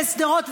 לשדרות,